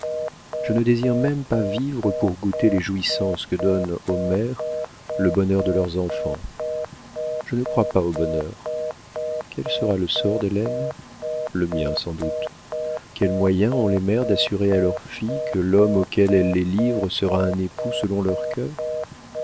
je ne désire même pas vivre pour goûter les jouissances que donne aux mères le bonheur de leurs enfants je ne crois pas au bonheur quel sera le sort d'hélène le mien sans doute quels moyens ont les mères d'assurer à leurs filles que l'homme auquel elles les livrent sera un époux selon leur cœur